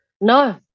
No